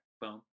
Boom